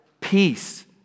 Peace